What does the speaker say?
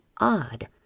odd